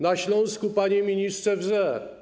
Na Śląsku, panie ministrze, wrze.